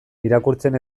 irakurtzen